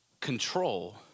control